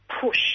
push